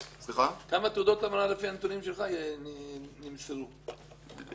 -- כמה תעודות המרה לפי הנתונים שלך נמסרו בשנה,